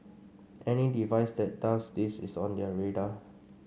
any device that does this is on their radar